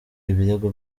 ibirego